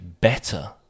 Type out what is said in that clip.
better